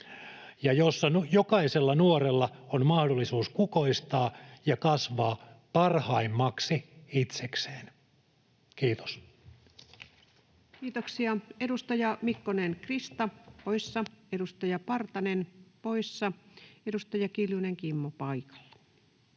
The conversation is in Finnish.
ja jossa jokaisella nuorella on mahdollisuus kukoistaa ja kasvaa parhaimmaksi itsekseen. — Kiitos. Kiitoksia. — Edustaja Mikkonen, Krista, poissa. Edustaja Partanen, poissa. — Edustaja Kiljunen, Kimmo, paikalla.